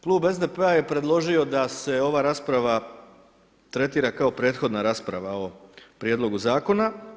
Klub SDP-a je predložio da se ova rasprava tretira kao prethodna rasprava o prijedlogu zakona.